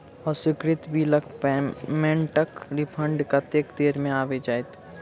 अस्वीकृत बिलक पेमेन्टक रिफन्ड कतेक देर मे आबि जाइत?